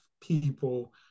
people